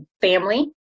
family